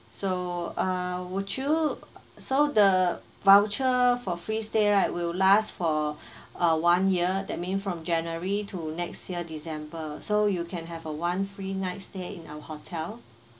so uh would you so the voucher for free stay right will last for uh one year that mean from january to next year december so you can have a one free night stay in our hotel